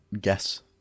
guess